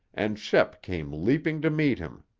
and shep came leaping to meet him.